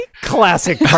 Classic